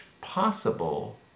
possible